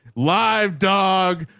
live dog.